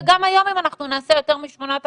וגם היום אם אנחנו נעשה יותר מ-8,000